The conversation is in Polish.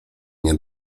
nie